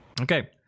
Okay